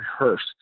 rehearsed